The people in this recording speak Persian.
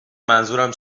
منظورم